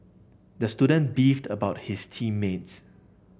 the student beefed about his team mates